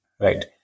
right